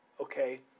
okay